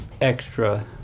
extra